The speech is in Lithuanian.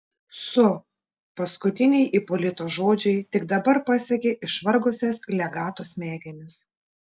su paskutiniai ipolito žodžiai tik dabar pasiekė išvargusias legato smegenis